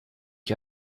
ich